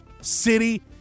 city